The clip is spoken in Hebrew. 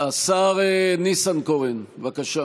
השר ניסנקורן, בבקשה.